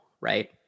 right